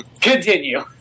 Continue